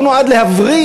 הוא נועד להבריא,